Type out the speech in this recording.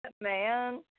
man